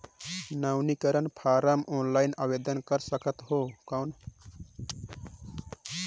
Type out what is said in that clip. नवीनीकरण form offline आवेदन कर सकत हो कौन?